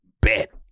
bet